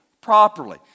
properly